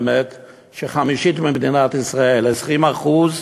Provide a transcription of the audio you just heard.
וחמישית ממדינת ישראל, 20% מהמדינה,